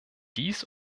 dies